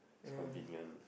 it's convenient